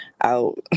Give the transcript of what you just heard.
out